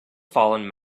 fallen